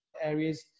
areas